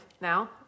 now